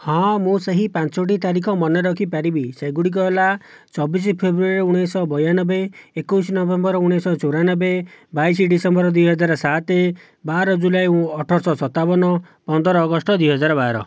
ହଁ ମୁଁ ସେହି ପାଞ୍ଚଟି ତାରିଖ ମନେରଖିପାରିବି ସେଗୁଡ଼ିକ ହେଲା ଚବିଶ ଫ୍ରେବୃଆରୀ ଉଣେଇଶଶହ ବୟାନବେ ଏକୋଇଶ ନଭେମ୍ବର ଉଣେଇଶଶହ ଚଉରାନବେ ବାଇଶ ଡିସେମ୍ବର ଦୁଇହଜାର ସାତ ବାର ଜୁଲାଇ ଅଠରଶହ ସତାବନ ପନ୍ଦର ଅଗଷ୍ଟ ଦୁଇହଜାର ବାର